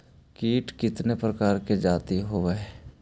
कीट कीतने प्रकार के जाती होबहय?